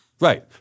Right